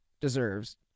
deserves